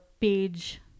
page